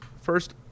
first